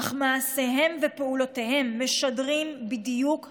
אך מעשיהם ופעולותיהם משדרים בדיוק ההפך.